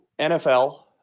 NFL